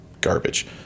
garbage